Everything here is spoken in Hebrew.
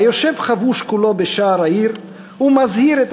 היושב חבוש כולו בשער העיר ומזהיר את